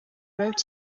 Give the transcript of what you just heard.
wrote